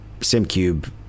SimCube